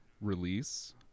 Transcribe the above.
release